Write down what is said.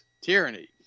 tyranny